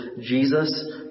Jesus